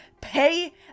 Pay